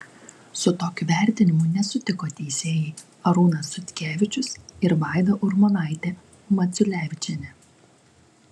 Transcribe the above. su tokiu vertinimu nesutiko teisėjai arūnas sutkevičius ir vaida urmonaitė maculevičienė